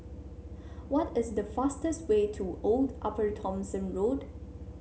what is the fastest way to Old Upper Thomson Road